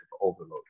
overload